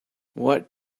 what